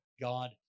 God